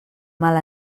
mal